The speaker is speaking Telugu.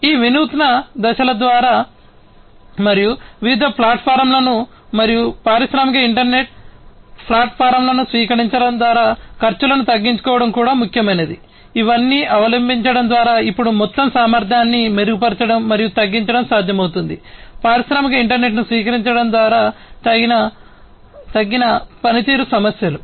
ఈ వినూత్న దశల ద్వారా మరియు వివిధ ప్లాట్ఫారమ్లను మరియు పారిశ్రామిక ఇంటర్నెట్ ప్లాట్ఫారమ్లను స్వీకరించడం ద్వారా ఖర్చులను తగ్గించుకోవడం కూడా ముఖ్యమైనది ఇవన్నీ అవలంబించడం ద్వారా ఇప్పుడు మొత్తం సామర్థ్యాన్ని మెరుగుపరచడం మరియు తగ్గించడం సాధ్యమవుతుంది పారిశ్రామిక ఇంటర్నెట్ను స్వీకరించడం ద్వారా తగ్గిన పనితీరు సమస్యలు